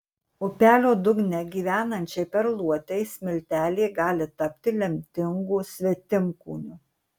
upelio dugne gyvenančiai perluotei smiltelė gali tapti lemtingu svetimkūniu